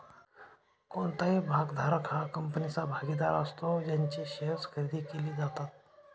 कोणताही भागधारक हा कंपनीचा भागीदार असतो ज्यांचे शेअर्स खरेदी केले जातात